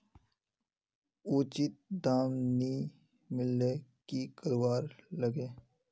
उचित दाम नि मिलले की करवार लगे?